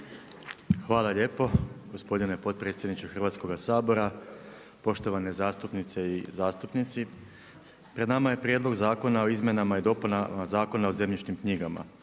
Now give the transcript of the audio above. Hvala lijepo gospodine potpredsjedniče Hrvatskoga sabora. Poštovane zastupnice i zastupnici. Pred nama je Prijedlog zakona o izmjenama i dopunama Zakona o zemljišnim knjigama.